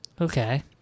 Okay